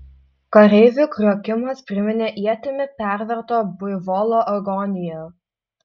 kareivių kriokimas priminė ietimi perverto buivolo agoniją